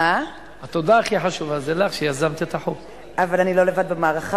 אבל אני לא לבד במערכה,